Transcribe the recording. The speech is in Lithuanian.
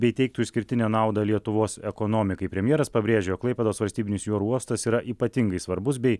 bei teiktų išskirtinę naudą lietuvos ekonomikai premjeras pabrėžė klaipėdos valstybinis jūrų uostas yra ypatingai svarbus bei